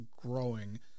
growing